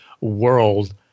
world